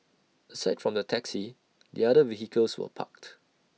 aside from the taxi the other vehicles were parked